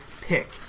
pick